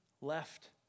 left